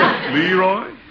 Leroy